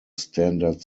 standard